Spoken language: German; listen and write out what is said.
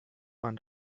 man